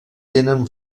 tenen